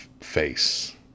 face